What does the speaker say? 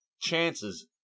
chances